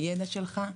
הידע שלך,